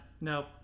nope